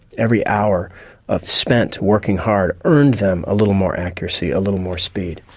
every hour ah spent working hard earned them a little more accuracy, a little more speed.